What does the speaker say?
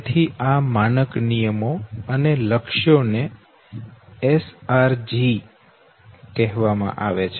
તેથી આ માનક નિયમો અને લક્ષ્યો ને SRG કહેવામાં આવે છે